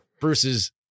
bruce's